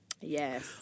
Yes